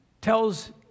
tells